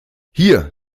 hier